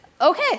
okay